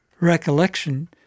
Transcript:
recollection